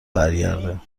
برگرده